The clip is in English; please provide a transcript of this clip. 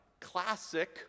classic